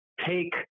take